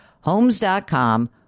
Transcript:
Homes.com